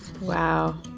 Wow